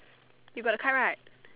you got the card right